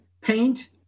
Paint